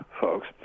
folks